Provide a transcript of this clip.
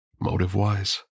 Motive-wise